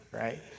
right